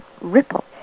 Ripple